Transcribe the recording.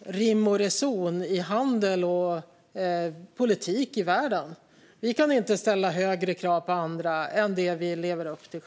rim och reson i handel och politik i världen. Vi kan inte ställa högre krav på andra än de vi själva lever upp till.